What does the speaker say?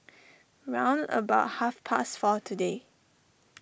round about half past four today